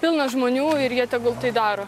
pilna žmonių ir jie tegul tai daro